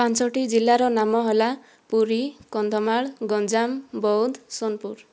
ପାଞ୍ଚଟି ଜିଲ୍ଲାର ନାମ ହେଲା ପୁରୀ କନ୍ଧମାଳ ଗଞ୍ଜାମ ବଉଦ ସୋନପୁର